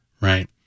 right